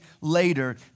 later